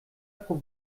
pro